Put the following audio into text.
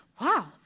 Wow